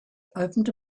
opened